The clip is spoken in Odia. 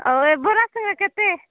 ଆଉ କେତେ